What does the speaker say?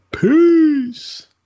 Peace